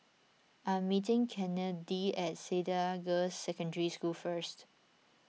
I am meeting Kennedi at Cedar Girls' Secondary School first